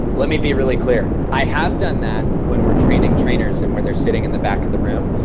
let me be really clear i have done that when we're training trainers and where they're sitting in the back of the room.